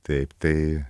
taip tai